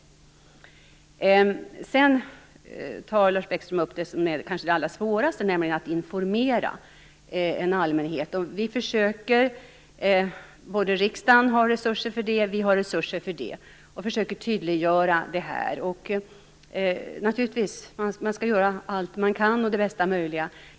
Lars Bäckström tar vidare upp det som kanske är allra svårast, nämligen att informera allmänheten. Både riksdagen och vi har resurser för detta och försöker tydliggöra det här. Man skall naturligtvis göra allt vad man kan och det bästa möjliga.